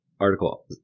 article